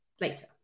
later